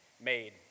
made